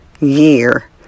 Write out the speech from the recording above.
year